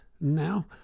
now